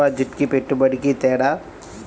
డిపాజిట్కి పెట్టుబడికి తేడా?